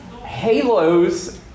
Halos